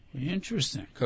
Interesting